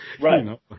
Right